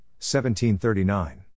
1739